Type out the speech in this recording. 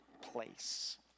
place